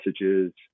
Messages